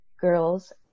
girls